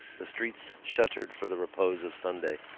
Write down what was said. the streets, shuttered for the repose of sunday,